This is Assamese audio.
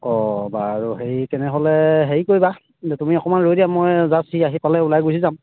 অঁ বাৰু হেৰি তেনেহ'লে হেৰি কৰিবা তুমি অকণমান ৰৈ দিয়া মই জাষ্ট সি আহি পালে ওলাই গুচি যাম